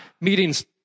meetings